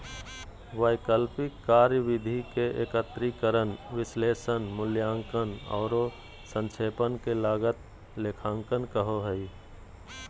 वैकल्पिक कार्यविधि के एकत्रीकरण, विश्लेषण, मूल्यांकन औरो संक्षेपण के लागत लेखांकन कहो हइ